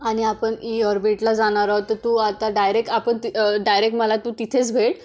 आणि आपण ईऑर्बिटला जाणार आहोत तर तू आता डायरेक आपण ती डायरेक्ट मला तू तिथेच भेट